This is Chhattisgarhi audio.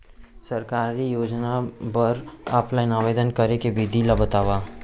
सरकारी योजना बर ऑफलाइन आवेदन करे के विधि ला बतावव